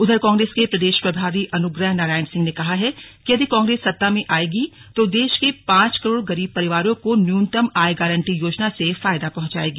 उधर कांग्रेस के प्रदेश प्रभारी अनुग्रह नारायण सिंह ने कहा है कि यदि कांग्रेस सत्ता में आएगी तो देश के पांच करोड़ गरीब परिवारों को न्यूनतम आय गारंटी योजना से फायदा पहुंचाएगी